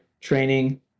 training